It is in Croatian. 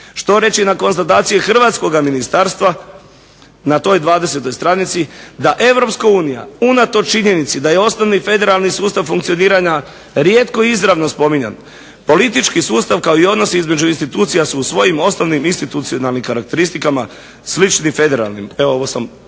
Što reći na konstataciji Hrvatskog ministarstva na toj 20. stranici da Europska unija unatoč činjenici da je osnovni federalni sustav funkcioniranja rijetko izravno spominjan politički sustav kao i odnos između institucija su u svojim osnovnim institucionalnim karakteristikama slični federalnim, ovo sam